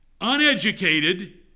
uneducated